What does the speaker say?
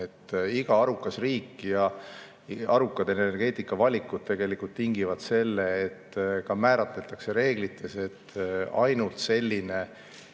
Iga arukas riik ja arukad energeetikavalikud tegelikult tingivad selle, et määratletakse reeglites, et ainult selline